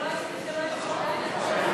ההצעה להעביר את הצעת חוק התפזרות הכנסת העשרים,